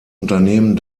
unternehmen